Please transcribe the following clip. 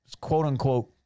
quote-unquote